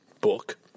book